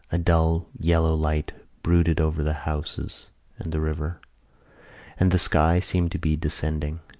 a dull, yellow light brooded over the houses and the river and the sky seemed to be descending.